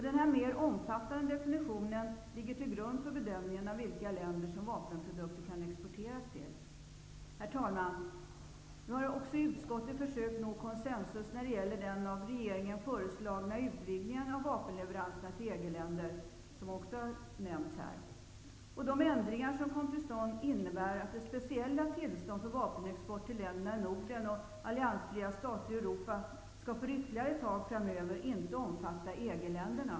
Denna mera omfattande definition ligger till grund för bedömningen av vilka länder som vapenprodukter kan exporteras till. Herr talman! Vi har i utskottet också försökt nå konsensus när det gäller den av regeringen föreslagna utvidgningen av vapenleveranser till EG-länder, som också har nämnts här. De ändringar som kom till stånd innebär att det speciella tillstånd för vapenexport till länderna i Norden och alliansfria stater i Europa för ytterligare ett tag framöver inte skall omfatta EG länderna.